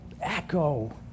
echo